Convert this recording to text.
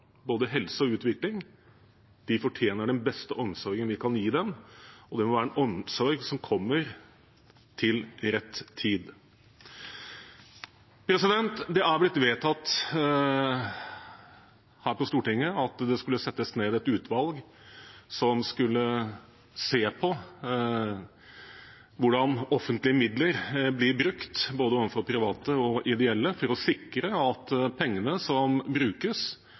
både helse og utvikling. De fortjener den beste omsorgen vi kan gi dem, og det må være en omsorg som kommer til rett tid. Det er blitt vedtatt her på Stortinget at det skulle settes ned et utvalg som skulle se på hvordan offentlige midler blir brukt, overfor både private og ideelle, for å sikre at pengene som brukes